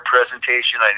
presentation